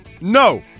No